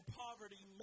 poverty